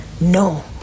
No